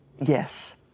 yes